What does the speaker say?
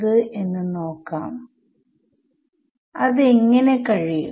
ഇതിന് ഏതു ഫോമിലുള്ള അനലിറ്റിക്കൽ സൊല്യൂഷൻ ആണ് ഉള്ളത് എന്ന് നിങ്ങൾക്കറിയാം